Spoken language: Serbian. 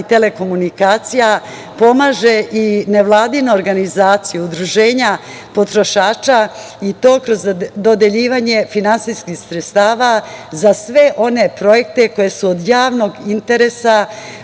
i telekomunikacija pomaže i nevladinu organizaciju, udruženja potrošača i to kroz dodeljivanje finansijskih sredstava za sve one projekte koji su od javnog interesa